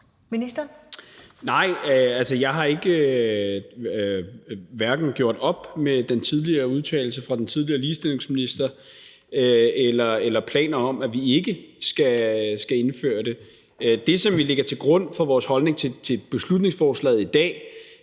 Nej, jeg har hverken gjort op med den tidligere udtalelse fra den tidligere ligestillingsminister eller planer om, at vi ikke skal indføre det. Det, som vi lægger til grund for vores holdning til beslutningsforslaget i dag,